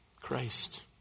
Christ